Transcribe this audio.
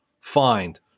find